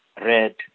red